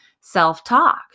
self-talk